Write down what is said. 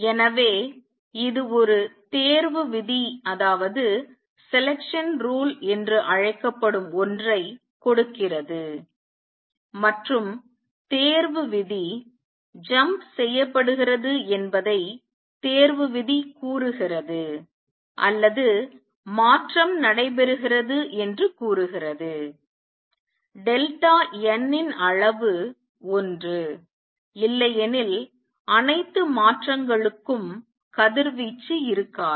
எனவே இது ஒரு தேர்வு விதி என்று அழைக்கப்படும் ஒன்றை கொடுக்கிறது மற்றும் தேர்வு விதி ஜம்ப் செய்யப்படுகிறது என்பதை தேர்வு விதி கூறுகிறது அல்லது மாற்றம் நடைபெறுகிறது என்று கூறுகிறது டெல்டா n ன் அளவு ஒன்று இல்லையெனில் அனைத்து மாற்றங்களுக்கும் கதிர்வீச்சு இருக்காது